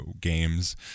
games